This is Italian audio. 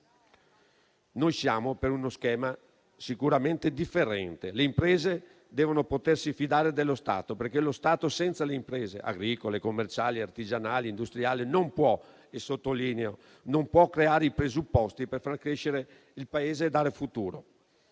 Noi siamo per uno schema sicuramente differente: le imprese devono potersi fidare dello Stato, perché lo Stato senza le imprese (agricole, commerciali, artigianali e industriali) non può - lo sottolineo - creare i presupposti per far crescere il Paese e dare futuro.